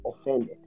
offended